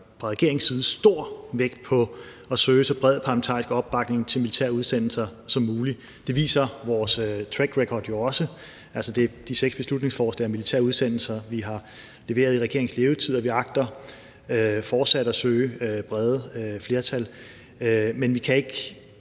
fra regeringens side lægger stor vægt på at søge så bred parlamentarisk opbakning til militære udsendelser som muligt. Det viser vores trackrecord jo også, altså de seks beslutningsforslag om militære udsendelser, vi har leveret i regeringens levetid, og vi agter fortsat at søge brede flertal. Men vi kan ikke